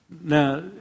Now